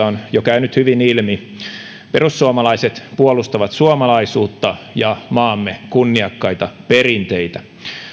on jo käynyt hyvin ilmi perussuomalaiset puolustavat suomalaisuutta ja maamme kunniakkaita perinteitä